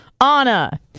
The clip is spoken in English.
Anna